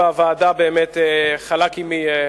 את רוב הזמן בוועדה באמת חלק עמי,